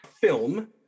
film